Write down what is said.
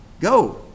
Go